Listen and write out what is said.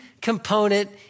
component